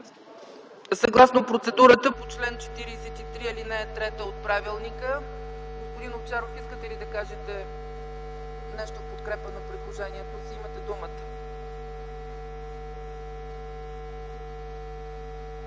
Съгласно процедурата по чл. 43, ал. 3 от правилника, господин Овчаров, искате ли да кажете нещо в подкрепа на предложението си? Имате думата.